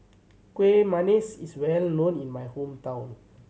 Kuih Manggis is well known in my hometown